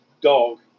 dog